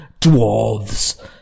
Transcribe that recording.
dwarves